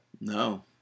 No